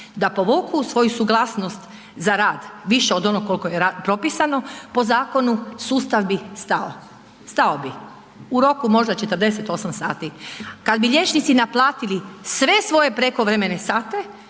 Da povuku svoju suglasnost za rad više od onoga koliko je propisano po zakonu, sustav bi stao, stao bi u roku možda 48 sati. Kad bi liječnici naplatiti sve svoje prekovremene sate